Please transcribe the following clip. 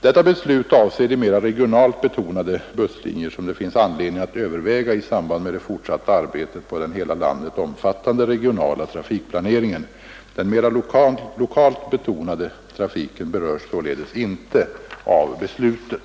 Detta beslut avser de mera regionalt betonade busslinjer, som det finns anledning att överväga i samband med det fortsatta arbetet på den hela landet omfattande regionala trafikplaneringen. Den mera lokalt betonade trafiken berörs således inte av beslutet.